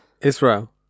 Israel